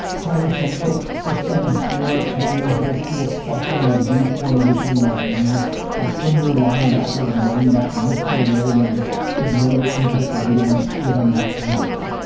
players from oaks christian and sierra canyon high school's cluster in a v formation like geese as senior linebacker and running back mr. williams is loaded into the ambulance with a neck injury.